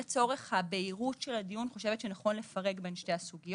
לצורך הבהירות של הדיון אני חושבת שנכון לפרק את שתי הסוגיות.